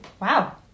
Wow